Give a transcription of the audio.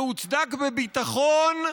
שהוצדק בביטחון,